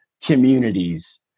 communities